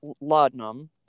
laudanum